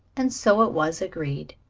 and so it was agreed.